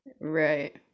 Right